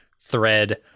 thread